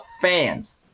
fans